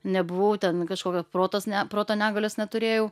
nebuvau ten kažkokio protas ne proto negalios neturėjau